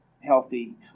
healthy